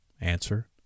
Answer